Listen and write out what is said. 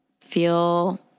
feel